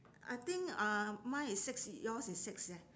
I think uh mine is six yours is six eh